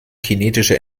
kinetischer